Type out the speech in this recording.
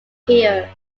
here